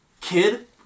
Kid